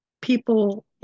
people